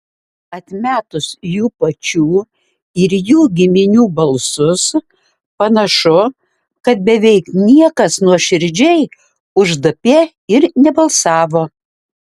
atmetus jų pačių ir jų giminių balsus panašu kad beveik niekas nuoširdžiai už dp ir nebalsavo